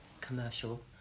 commercial